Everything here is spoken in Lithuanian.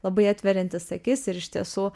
labai atveriantis akis ir iš tiesų